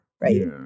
right